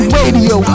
radio